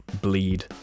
bleed